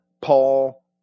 Paul